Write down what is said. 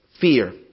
fear